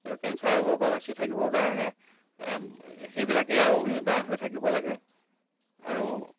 গতিকে কেঞ্চাৰ ৰোগৰ পৰা বাচি থাকিবৰ কাৰণে সেইবিলাকেই আৰু নিবাৰণ হৈ থাকিব লাগে আৰু